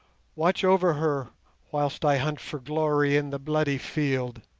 watch over her whilst i hunt for glory in the bloody field.